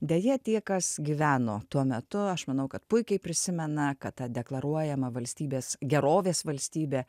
deja tie kas gyveno tuo metu aš manau kad puikiai prisimena kad ta deklaruojama valstybės gerovės valstybė